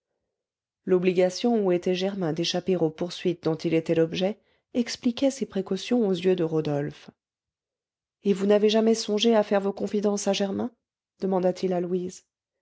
l'obligation où était germain d'échapper aux poursuites dont il était l'objet expliquait ces précautions aux yeux de rodolphe et vous n'avez jamais songé à faire vos confidences à germain demanda-t-il à louise